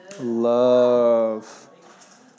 Love